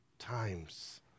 Times